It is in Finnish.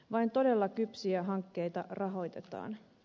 vain todella kypsiä hankkeita rahoitetaan